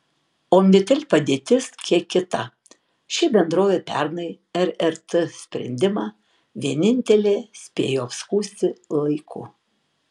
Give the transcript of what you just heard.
omnitel padėtis kiek kita ši bendrovė pernai rrt sprendimą vienintelė spėjo apskųsti laiku